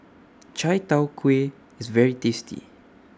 Chai Tow Kway IS very tasty